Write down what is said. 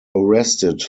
arrested